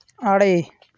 ᱟᱨᱮ